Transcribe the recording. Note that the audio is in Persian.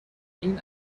این